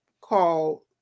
called